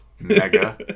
mega